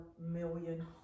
million